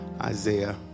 Isaiah